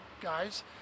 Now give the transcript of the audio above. guys